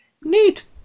Neat